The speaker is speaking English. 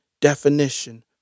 definition